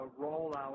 rollout